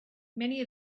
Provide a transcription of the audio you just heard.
many